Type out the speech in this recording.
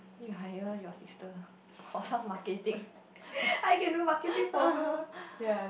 you hire your sister or some marketing